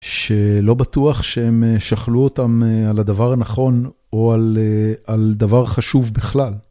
שלא בטוח שהם שכלו אותם על הדבר הנכון או על דבר חשוב בכלל.